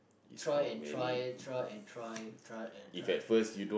try and try try and try try and try